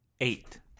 Eight